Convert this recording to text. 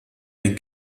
ein